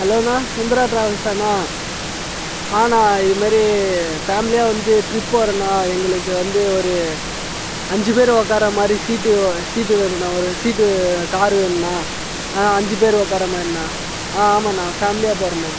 hello அண்ணா சுந்தரா ட்ராவெல்ஸா அண்ணா நான் இது மாதிரி ஃபேமிலியாக வந்து ட்ரிப் போகிறண்ணா எங்களுக்கு வந்து ஒரு அஞ்சு பேர் உக்காருற மாதிரி சீட்டு சீட்டு வேணுண்ணா ஒரு சீட்டு காரு வேணுண்ணா அஞ்சு பேர் உக்காருற மாதிரி அண்ணா ஆ ஆமாம் அண்ணா ஃபேமிலியாக போகிறோம் அண்ணா